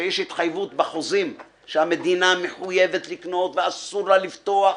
שיש התחייבות בחוזים שהמדינה מחויבת לקנות ואסור לה לפתוח.